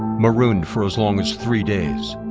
marooned for as long as three days.